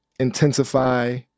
intensify